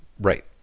Right